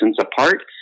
apart